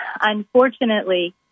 unfortunately